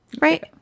Right